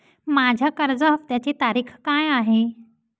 माझ्या कर्ज हफ्त्याची तारीख काय आहे?